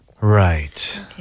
right